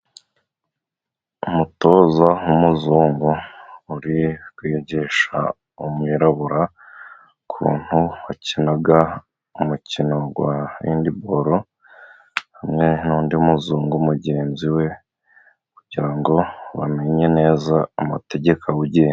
Umutoza w'umuzungu uri kwigisha umwirabura ukuntu bakina umukino wa handibolo hamwe n'ndi muzungu mugenzi we, kugira ngo bamenye neza amatege awugenga.